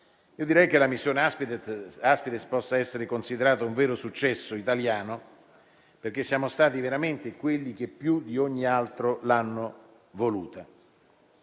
direi che la missione Aspides possa essere considerata un vero successo italiano, perché siamo stati veramente quelli che più di ogni altro l'hanno voluta.